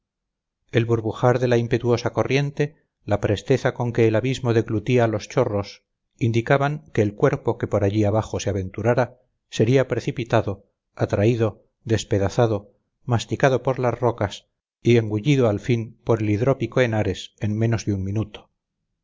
el burbujar de la impetuosa corriente la presteza con que el abismo deglutía los chorros indicaban que el cuerpo que por allí abajo se aventurara sería precipitado atraído despedazado masticado por las rocas y engullido al fin por el hidrópico henares en menos de un minuto